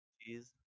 cheese